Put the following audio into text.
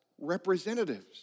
representatives